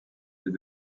est